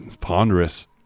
ponderous